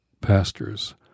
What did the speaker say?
pastors